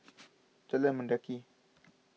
Jalan Mendaki